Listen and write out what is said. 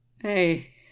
hey